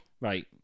Right